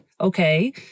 Okay